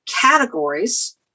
categories